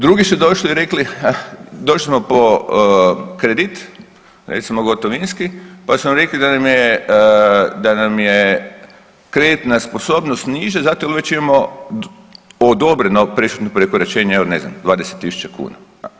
Drugi su došli i rekli, došli smo po kredit, recimo, gotovinski pa su nam rekli da nam je kreditna sposobnost niža zato jer već imamo odobreno prešutno prekoračenje od, ne znam, 20 tisuća kuna.